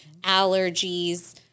allergies